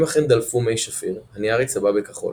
אם אכן דלפו מי שפיר, הנייר יצבע בכחול